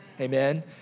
Amen